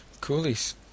Coolies